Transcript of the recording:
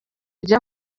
kujya